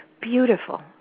Beautiful